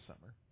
summer